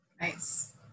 Nice